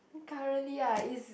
currently ah is